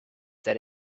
that